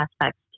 aspects